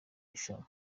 irushanwa